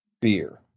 beer